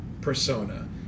persona